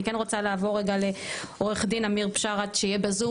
אני רוצה לעבור רגע לעורך דין אמיר בשאראת שיהיה בזום,